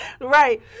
Right